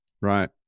right